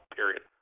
Period